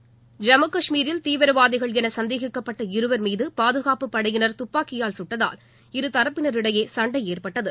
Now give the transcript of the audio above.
ஐம்மு கஷ்மீரில் தீவிரவாதிகள் என சந்தேகிக்கப்பட்ட இருவர் மீது பாதுகாப்புப் படையினர் துப்பாக்கியால் சுட்டதால் இருதரப்பினரிடையே சண்டை ஏற்பட்டது